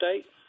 state